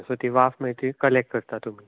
so ती वाफ मागीर ती कलेक्ट करतात तुमी